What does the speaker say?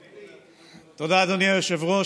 תודה, אדוני היושב-ראש.